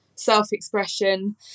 self-expression